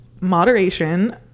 moderation